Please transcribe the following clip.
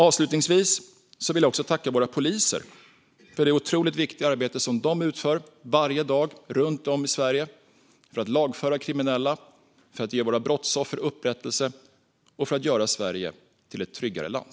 Avslutningsvis vill jag tacka våra poliser för det otroligt viktiga arbete som de utför varje dag runt om i Sverige för att lagföra kriminella, ge våra brottsoffer upprättelse och göra Sverige till ett tryggare land.